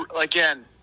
Again